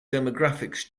demographics